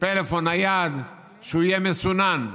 פלאפון נייד שהוא יהיה מסונן,